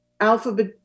alphabet